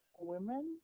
women